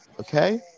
Okay